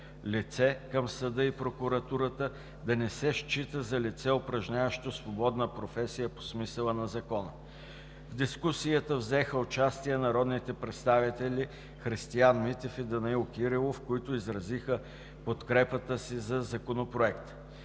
лице към съда и прокуратурата, да не се счита за лице, упражняващо свободна професия по смисъла на Закона. В дискусията взеха участие народните представители Христиан Митев и Данаил Кирилов, които изразиха подкрепата си за Законопроекта.